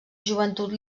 joventut